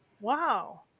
wow